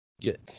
Get